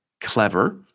clever